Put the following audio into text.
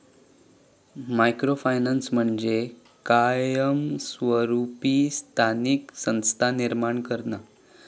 micro finance म्हणजे कायमस्वरूपी स्थानिक संस्था निर्माण करणा